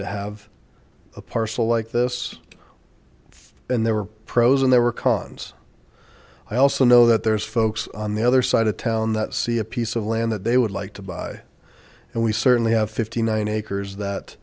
to have a parcel like this and there were pros and there were cons i also know that there's folks on the other side of town that see a piece of land that they would like to buy and we certainly have fifty nine acres that